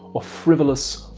or frivolous,